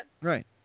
Right